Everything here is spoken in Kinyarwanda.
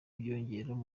byiyongeraho